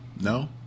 no